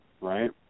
right